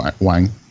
Wang